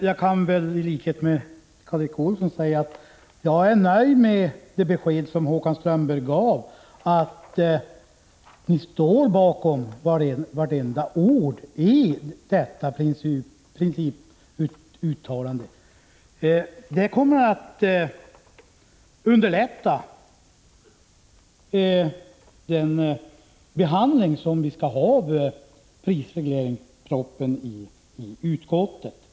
Jag kan i likhet med Karl Erik Olsson säga att jag är nöjd med det besked som Håkan Strömberg gav, nämligen att ni står bakom varje ord i detta principuttalande. Det kommer i utskottet att underlätta behandlingen av prisregleringspropositionen.